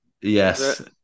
Yes